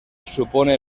supone